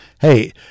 hey